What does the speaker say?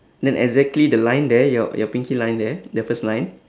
then exactly the line there your your pinky line there the first line